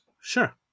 Sure